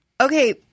Okay